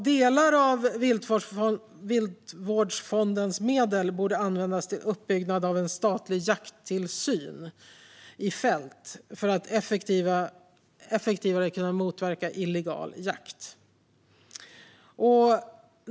Delar av Viltvårdsfondens medel borde användas till uppbyggnad av en statlig jakttillsyn i fält för att effektivare kunna motverka illegal jakt.